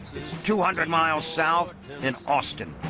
two hundred miles south in austin.